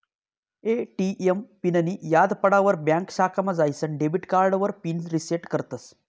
ATM पिननीं याद पडावर ब्यांक शाखामा जाईसन डेबिट कार्डावर पिन रिसेट करतस